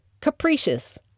capricious